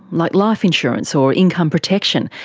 like life insurance or income protection,